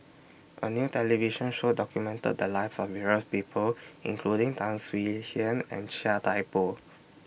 A New television Show documented The Lives of various People including Tan Swie Hian and Chia Thye Poh